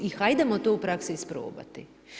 I hajdemo to u praksi isprobati.